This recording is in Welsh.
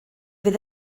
fydd